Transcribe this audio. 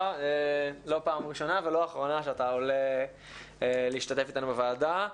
לא פעם ראשונה ולא אחרונה שאתה עולה להשתתף איתנו בוועדה.